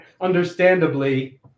understandably